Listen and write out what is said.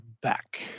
back